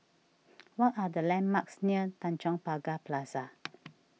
what are the landmarks near Tanjong Pagar Plaza